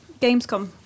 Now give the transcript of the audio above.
Gamescom